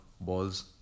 balls